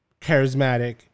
charismatic